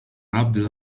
robbed